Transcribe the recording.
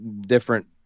different